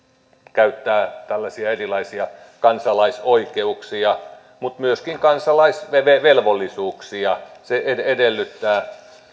käyttää tällaisia erilaisia kansalaisoikeuksia mutta myöskin kansalaisvelvollisuuksia se edellyttää